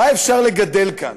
מה אפשר לגדל כאן?